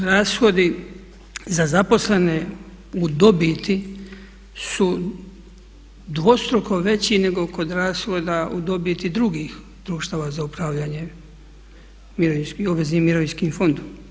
Rashodi za zaposlene u dobiti su dvostruko veći nego kod rashoda u dobiti drugih društava za upravljanje obveznim mirovinskim fondom.